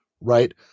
right